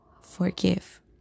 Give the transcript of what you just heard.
forgive